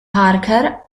parker